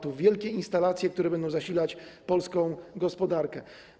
To wielkie instalacje, które będą zasilać polską gospodarkę.